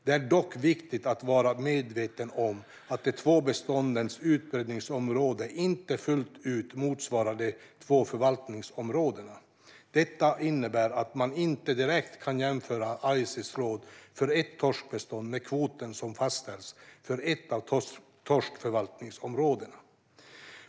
Det är dock viktigt att vara medveten om att de två beståndens utbredningsområde inte fullt ut motsvarar de två förvaltningsområdena. Detta innebär att man inte direkt kan jämföra Ices råd för ett torskbestånd med kvoten som fastställts för ett torskförvaltningsområde.